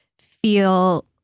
feel